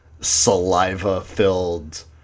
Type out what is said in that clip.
saliva-filled